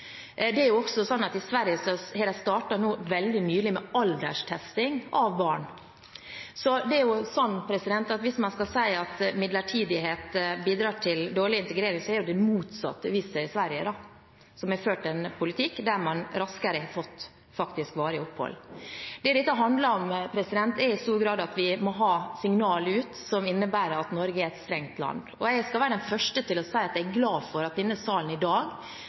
Det er også slik at i Sverige har de nå – veldig nylig – startet med alderstesting av barn. Så hvis man skal si at midlertidighet bidrar til dårlig integrering, har jo det motsatte vist seg i Sverige, som har ført en politikk der man faktisk raskere har fått varig opphold. Det dette handler om, er i stor grad at vi må ha signaler ut som innebærer at Norge er et strengt land. Jeg skal være den første til å si at jeg er glad for at denne salen i dag